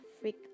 freak